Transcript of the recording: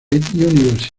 university